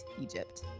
Egypt